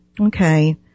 Okay